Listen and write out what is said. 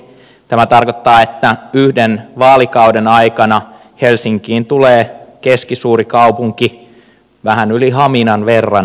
tämä tarkoittaa että yhden vaalikauden aikana helsinkiin tulee keskisuuri kaupunki vähän yli haminan verran lisää